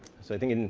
so i think